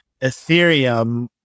Ethereum